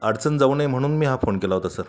अडचण जाऊ नये म्हणून मी हा फोन केला होता सर